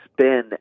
spin